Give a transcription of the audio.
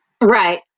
right